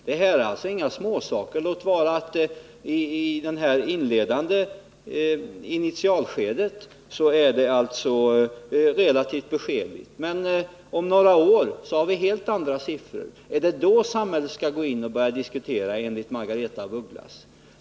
Detta är alltså inga småsaker, låt vara att det i initialskedet är relativt beskedligt. Om några år har vi helt andra siffror. Är det först då samhället skall gå in och börja diskutera enligt Margaretha af Ugglas?